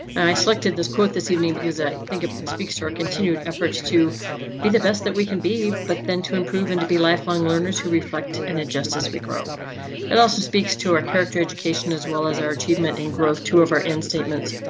i selected this quote this evening because i think it speaks to our continued efforts to be the best that we can be. but then to improve and to be lifelong learners who reflect and adjust as we grow and also speaks to our character education as well as our achievement and growth. two of our in statements.